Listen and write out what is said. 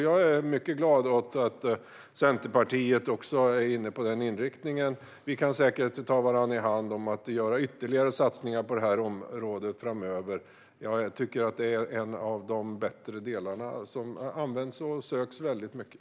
Jag är mycket glad åt att Centerpartiet har samma inriktning. Vi kan säkert ta varandra i hand om att göra ytterligare satsningar på det här området framöver. Jag tycker att det är en av de bättre delarna, som används och ansöks om väldigt mycket.